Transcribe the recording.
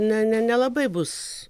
ne ne nelabai bus